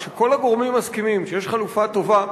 כשכל הגורמים מסכימים שיש חלופה טובה,